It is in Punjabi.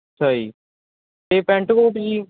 ਅੱਛਾ ਜੀ ਅਤੇ ਪੈਂਟ ਕੋਟ ਜੀ